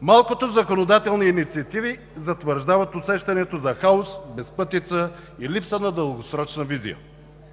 Малкото законодателни инициативи затвърждават усещането за хаос, безпътица и липса на дългосрочна визия.